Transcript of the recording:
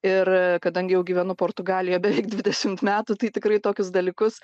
ir kadangi jau gyvenu portugalijoj beveik dvidešimt metų tai tikrai tokius dalykus